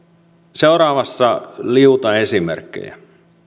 seuraavassa liuta esimerkkejä